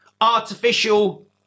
artificial